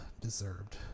deserved